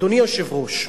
אדוני היושב-ראש,